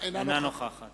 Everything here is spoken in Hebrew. אינה נוכחת